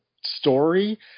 story